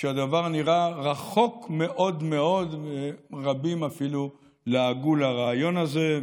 כשהדבר נראה רחוק מאוד ורבים אפילו לעגו לרעיון הזה.